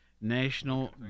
national